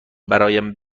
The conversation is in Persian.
برایم